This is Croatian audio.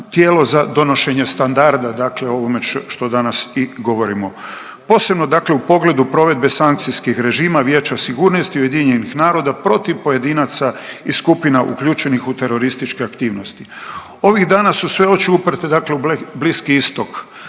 tijelo za donošenje standarda dakle ovome što danas i govorimo. Posebno dakle u pogledu provedbe sankcijskih režima Vijeća sigurnosti UN-a protiv pojedinaca i skupina uključenih u terorističke aktivnosti. Ovih dana su sve oči uprte dakle u Bliski istok